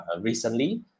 recently